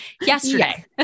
yesterday